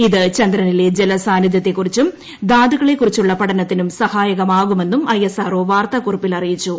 ഇത് ചന്ദ്രനിലെ ജലസാന്നിദ്ധ്യത്തെക്കുറിച്ചുള് ധാതുക്കളെ കുറിച്ചുള്ള പഠനത്തിന് സഹായകമാകുമെന്നുര് ഐഎസ്ആർഒ വാർത്താക്കുറിപ്പിൽ അറിയിച്ചു